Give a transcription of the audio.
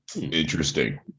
interesting